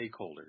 stakeholders